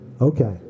Okay